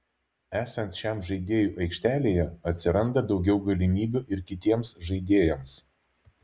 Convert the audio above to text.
esant šiam žaidėjui aikštelėje atsiranda daugiau galimybių ir kitiems žaidėjams